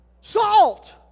Salt